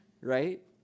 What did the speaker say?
Right